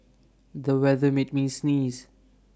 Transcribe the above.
the weather made me sneeze